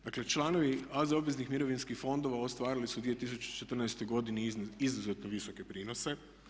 Dakle članovi AZ obveznih mirovinskih fondova ostvarili su u 2014.godini izuzetno visoke prinose.